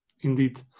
indeed